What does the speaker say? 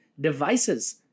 Devices